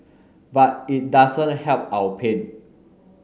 but it doesn't help our pain